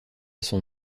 son